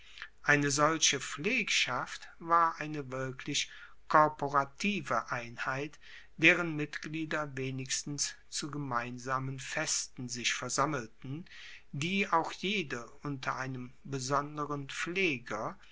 eine solche pflegschaft war eine wirkliche korporative einheit deren mitglieder wenigstens zu gemeinsamen festen sich versammelten die auch jede unter einem besonderen pfleger